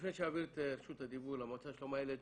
לפני שאעביר את רשות הדיבור למועצה לשלום הילד,